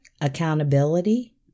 Accountability